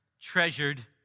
treasured